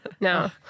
No